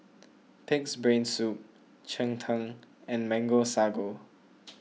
Pig's Brain Soup Cheng Tng and Mango Sago